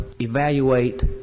evaluate